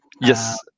yes